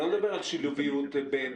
אני לא מדבר על שילוביות בזמן.